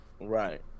Right